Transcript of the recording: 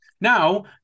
now